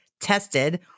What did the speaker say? tested